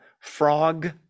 frog